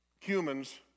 humans